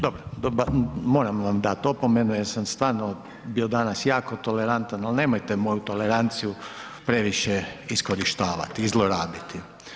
Dobro, moram vam dati opomenu jer sam stvarno bio danas jako tolerantan ali nemojte moju toleranciju previše iskorištavati i zlorabiti.